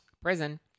prison